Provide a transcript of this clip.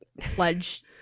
pledge